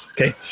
Okay